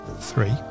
Three